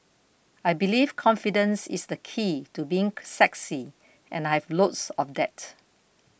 I believe confidence is the key to being sexy and I have loads of that